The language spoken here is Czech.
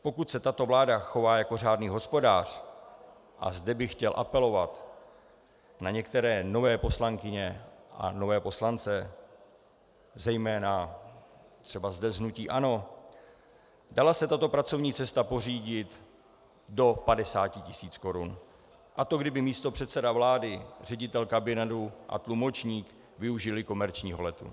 Pokud se tato vláda chová jako řádný hospodář, a zde bych chtěl apelovat na některé nové poslankyně a nové poslance, zejména třeba zde z hnutí ANO, dala se tato pracovní cesta pořídit do 50 tisíc korun, a to kdyby místopředseda vlády, ředitel kabinetu a tlumočník využili komerčního letu.